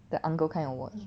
the uncle kind of watch